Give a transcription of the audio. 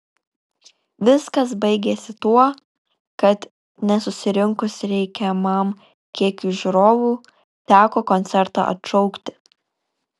viskas baigėsi tuo kad nesusirinkus reikiamam kiekiui žiūrovų teko koncertą atšaukti